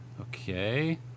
Okay